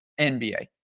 NBA